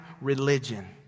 religion